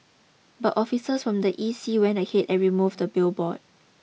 but officers from the E C went ahead and removed the billboard